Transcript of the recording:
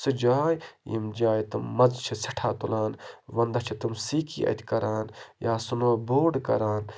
سُہ جاے یِم جایہِ تِم مَزٕ چھِ سٮ۪ٹھاہ تُلان وَنٛدَس چھِ تِم سیٖکی اَتہِ کَران یا سُنو بوڈ کَران